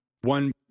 one